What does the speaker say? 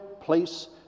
place